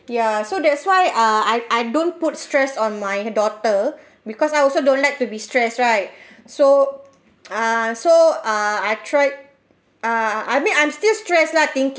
ya so that's why ah I I don't put stress on my daughter because I also don't like to be stress right so ah so ah I tried ah I mean I'm still stress lah thinking